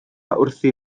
wrthi